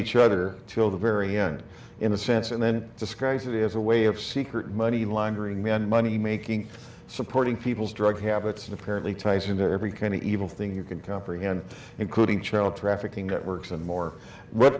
each other till the very end in a sense and then describes it as a way of secret money laundering men money making supporting people's drug habits and apparently ties into every kind of evil thing you can comprehend including child trafficking networks and more what